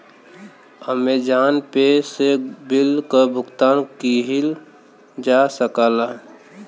Amazon pay से bill क भुगतान किहल जा सकला